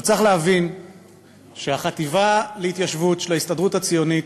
צריך להבין שהחטיבה להתיישבות של ההסתדרות הציונית,